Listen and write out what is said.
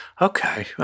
Okay